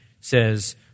says